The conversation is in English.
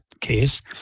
case